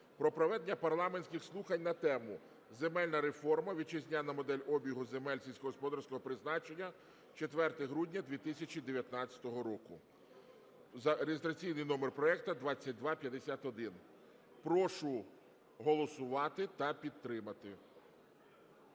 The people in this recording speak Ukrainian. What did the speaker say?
про проведення парламентських слухань на тему: "Земельна реформа: вітчизняна модель обігу земель сільськогосподарського призначення" (4 грудня 2019 року). Реєстраційний номер проекту 2251. Прошу голосувати та підтримати.